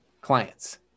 clients